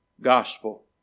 gospel